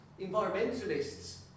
environmentalists